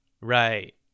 Right